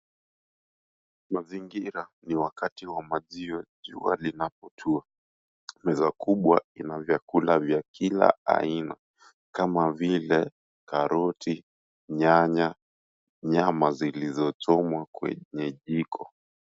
Mazingira ni wakati wa jioni jua linapo tua meza kubwa ina vyakula vya kila aina kama vile karoti, nyanya, nyama zilizochomwa kwenye jiko.